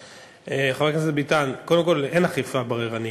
חבר הכנסת ביטן, קודם כול אין אכיפה בררנית.